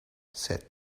said